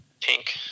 pink